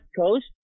Coast